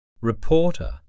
Reporter